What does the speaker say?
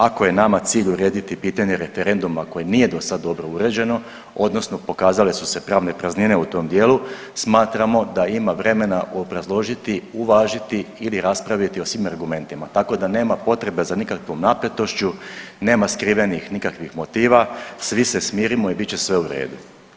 Ako je nama cilj urediti pitanje referenduma koji nije do sad dobro uređeno, odnosno pokazale su se pravne praznine u tom dijelu, smatramo da ima vremena obrazložiti, važiti ili raspraviti o svim argumentima, tako da nema potrebe za nikakvom napetošću, nema skrivenih nikakvih motiva, svi se smirimo i bit će sve u redu.